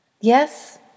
Yes